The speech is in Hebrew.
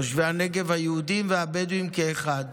תושבי הנגב היהודים והבדואים כאחד.